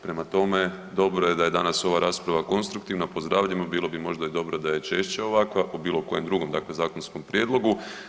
Prema tome, dobro je da je danas ova rasprava konstruktivna, pozdravljam ju, bilo bi možda i dobro da je češće ovakva u bilo kojem drugom, dakle, zakonskom prijedlogu.